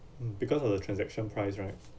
um because of the transaction price right